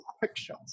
picture